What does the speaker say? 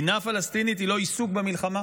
פלסטינית היא לא עיסוק במלחמה?